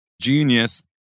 genius